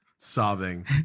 Sobbing